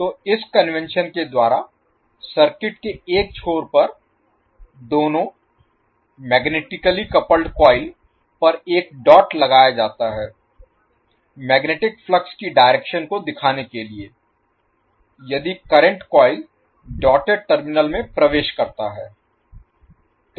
तो इस कन्वेंशन के द्वारा सर्किट के एक छोर पर दोनों मैग्नेटिकली कपल्ड कॉइल पर एक डॉट लगाया जाता है है मैग्नेटिक फ्लक्स की डायरेक्शन Direction दिशा को दिखाने के लिए यदि करंट कॉइल के डॉटेड टर्मिनल में प्रवेश करता है